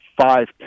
five